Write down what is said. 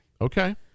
Okay